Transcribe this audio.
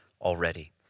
already